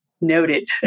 noted